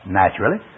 naturally